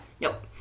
nope